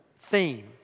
theme